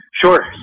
Sure